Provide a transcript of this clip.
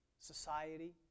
society